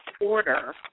order